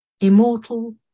Immortal